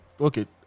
okay